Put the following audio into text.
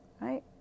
Right